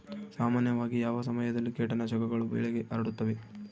ಸಾಮಾನ್ಯವಾಗಿ ಯಾವ ಸಮಯದಲ್ಲಿ ಕೇಟನಾಶಕಗಳು ಬೆಳೆಗೆ ಹರಡುತ್ತವೆ?